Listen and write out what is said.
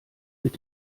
mit